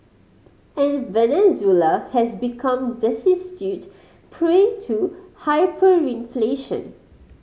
and Venezuela has become prey to hyperinflation